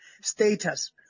status